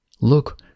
Look